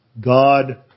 God